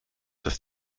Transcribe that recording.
dass